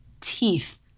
teeth